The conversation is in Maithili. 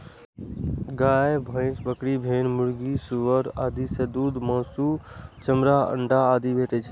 गाय, भैंस, बकरी, भेड़, मुर्गी, सुअर आदि सं दूध, मासु, चमड़ा, अंडा आदि भेटै छै